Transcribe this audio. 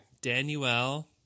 Daniel